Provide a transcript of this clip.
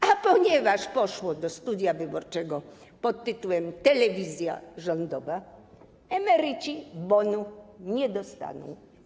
A ponieważ poszło do studia wyborczego pod tytułem: telewizja rządowa, emeryci bonu nie dostaną.